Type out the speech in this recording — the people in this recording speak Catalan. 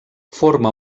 forma